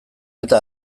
eta